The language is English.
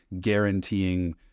guaranteeing